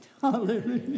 Hallelujah